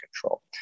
control